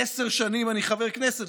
עשר שנים אני חבר כנסת,